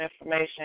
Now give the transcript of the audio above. information